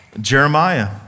Jeremiah